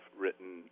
written